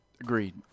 Agreed